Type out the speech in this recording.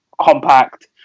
compact